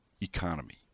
economy